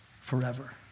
forever